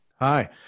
Hi